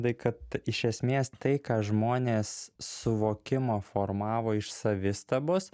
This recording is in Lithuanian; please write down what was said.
tai kad iš esmės tai ką žmonės suvokimą formavo iš savistabos